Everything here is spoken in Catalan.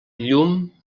llum